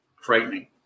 frightening